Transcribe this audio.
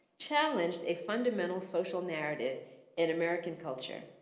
challenged a fundamental social narrative in american culture.